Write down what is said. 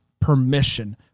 permission